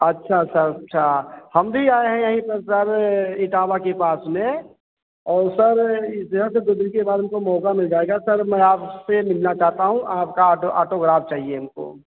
अच्छा सर अच्छा हम भी आएं है यही पर सर इटावा के पास में और सर इस जगह पर दो दिन के बाद हमको मौका मिल जाएगा सर मैं आपसे मिलना चाहता हूँ आपका ऑटो ऑटोग्राफ चाहिए हमको